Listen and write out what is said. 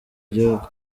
gihugu